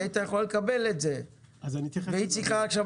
היא הייתה יכולה לקבל את זה והיא צריכה עכשיו